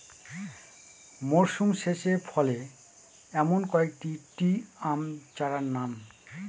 মরশুম শেষে ফলে এমন কয়েক টি আম চারার নাম?